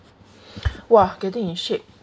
!wah! getting in shape